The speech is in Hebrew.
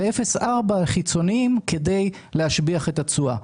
ו-0.4% חיצוניים כדי להשביח את התשואה.